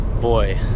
boy